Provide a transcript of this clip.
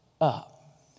up